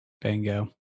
Bingo